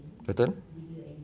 betul